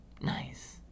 Nice